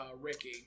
Ricky